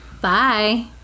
Bye